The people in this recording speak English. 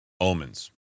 omens